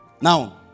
Now